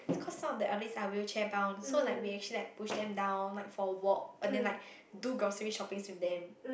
cause some of the elderlies are wheelchair bound so like we actually like push them down like for a walk and then like do grocery shoppings with them